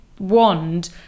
wand